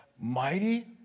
mighty